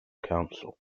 council